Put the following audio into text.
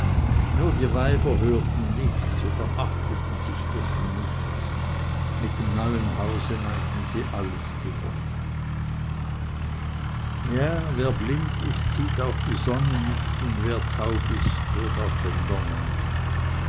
nur die weiber hörten nichts oder achteten sich dessen nicht mit dem neuen hause meinten sie alles gewonnen ja wer blind ist sieht auch die sonne nicht und wer taub ist hört auch den donner nicht